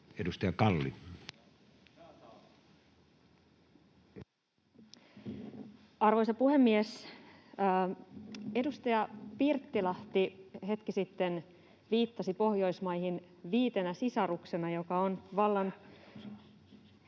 Edustaja Kalli. Arvoisa puhemies! Edustaja Pirttilahti hetki sitten viittasi Pohjoismaihin viitenä sisaruksena, mikä on vallan...